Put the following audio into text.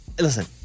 Listen